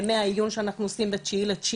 ימי העיון שאנחנו עושים ב-09.09.